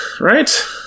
right